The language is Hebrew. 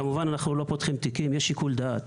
כמובן שאנחנו לא פותחים תיקים, יש שיקול דעת.